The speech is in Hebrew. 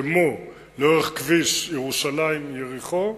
כמו לאורך כביש ירושלים יריחו,